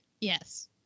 Yes